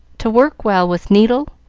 to work well with needle,